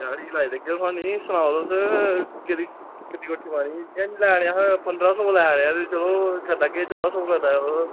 ते करी देगे थाह्नूं ते सनाओ तुस ते इत्थें पंदरां सौ लै दे आं ते चलो करी लैगे चौदां सौ करी लैगे तुस